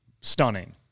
stunning